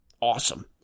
awesome